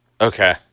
Okay